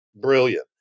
brilliant